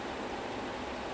oh okay